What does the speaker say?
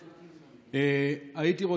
לא,